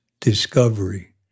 discovery